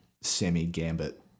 semi-gambit